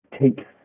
take